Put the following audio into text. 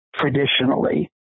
traditionally